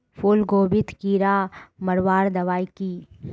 फूलगोभीत कीड़ा मारवार दबाई की?